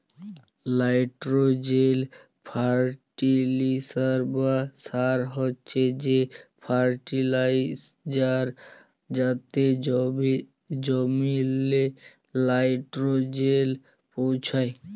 nitrogen fertiliser বা সার হছে সে ফার্টিলাইজার যাতে জমিল্লে লাইট্রোজেল পৌঁছায়